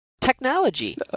Technology